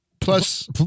Plus